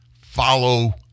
follow